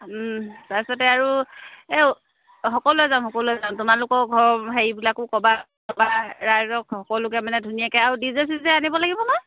তাৰপিছতে আৰু এই সকলোৱে যাম সকলোৱে যাম তোমালোকৰ ঘৰ হেৰিবিলাকো ক'বা ৰাইজক সকলোকে মানে ধুনীয়াকে আৰু ডিজে চিজে আনিব লাগিব নহয়